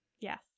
yes